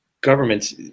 governments